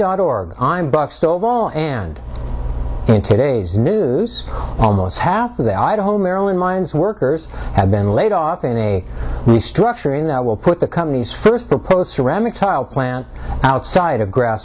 dot org i'm buff stovall and in today's news almost half of the idaho marilyn mines workers have been laid off in a restructuring that will put the company's first proposed ceramic tile plant outside of grass